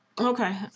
Okay